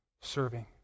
serving